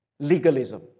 legalism